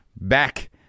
back